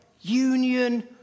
Union